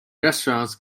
restaurants